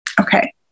Okay